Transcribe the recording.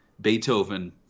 Beethoven